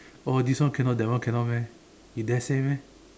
oh this one cannot that one cannot meh you dare say meh